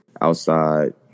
outside